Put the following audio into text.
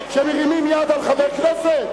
שמרימים יד על חבר כנסת?